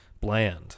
bland